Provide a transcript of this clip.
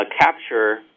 capture